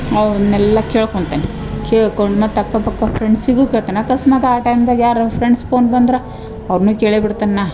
ಅವರನ್ನೆಲ್ಲ ಕೇಳ್ಕೊಳ್ತೇನೆ ಕೇಳ್ಕೊಂಡು ಮತ್ತೆ ಅಕ್ಕಪಕ್ಕ ಫ್ರೆಂಡ್ಸಿಗು ಕೇಳ್ತನೆ ಅಕಸ್ಮಾತ್ ಆ ಟೈಮ್ದಾಗ ಯಾರರ ಫ್ರೆಂಡ್ಸ್ ಫೋನ್ ಬಂದ್ರ ಅವ್ರನ್ನೂ ಕೇಳೇ ಬಿಡ್ತೆನೆ ನ